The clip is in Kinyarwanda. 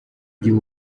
gihe